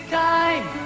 time